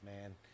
man